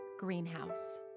Greenhouse